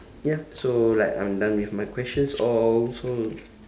ya so like I'm done with my questions all so